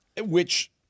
Which-